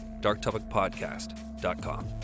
darktopicpodcast.com